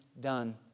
done